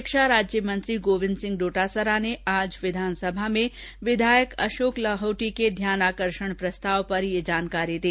षिक्षा राज्य मंत्री गोविन्द सिंह डोटासरा ने आज विधानसभा में विधायक अशोक लाहोटी के ध्यानाकर्षण प्रस्ताव पर यह जानकारी दी